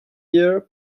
year